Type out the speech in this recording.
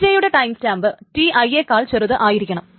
Tj യുടെ timestamp Ti യെക്കാളും ചെറുതായിരിക്കണം